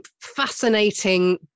Fascinating